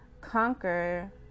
conquer